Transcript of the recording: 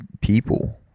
people